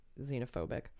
xenophobic